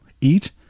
eat